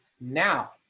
now